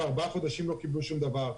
וארבעה חודשים לא קיבלו שום דבר.